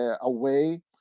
away